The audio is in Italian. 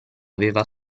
aveva